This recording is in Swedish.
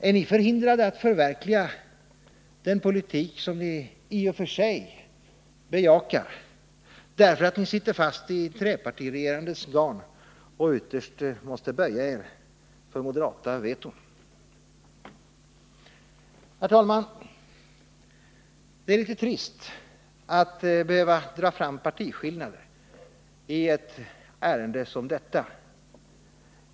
Är ni förhindrade att förverkliga den politik som ni i och för sig bejakar, därför att ni sitter fast i trepartiregerandets garn och ytterst måste böja er för moderata veton? Herr talman! Det är litet trist att behöva dra fram partiskillnader i ett ärende som detta.